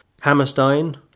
Hammerstein